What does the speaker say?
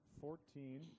Fourteen